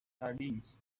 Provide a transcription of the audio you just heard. sardines